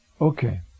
Okay